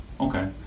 Okay